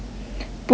不寻常